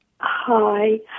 Hi